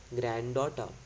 granddaughter